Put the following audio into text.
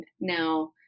now